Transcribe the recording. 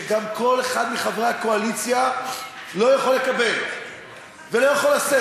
שגם כל אחד מחברי הקואליציה לא יוכל לקבל ולא יכול לשאת.